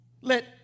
Let